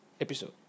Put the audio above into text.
episode